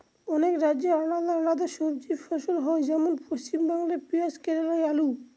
অনেক রাজ্যে আলাদা আলাদা সবজি ফসল হয়, যেমন পশ্চিমবাংলায় পেঁয়াজ কেরালায় আলু